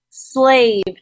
Slave